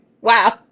wow